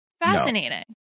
Fascinating